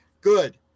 Good